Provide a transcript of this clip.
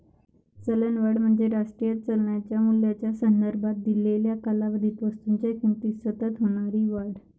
चलनवाढ म्हणजे राष्ट्रीय चलनाच्या मूल्याच्या संबंधात दिलेल्या कालावधीत वस्तूंच्या किमतीत सतत होणारी वाढ